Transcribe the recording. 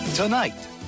Tonight